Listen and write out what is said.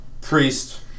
Priest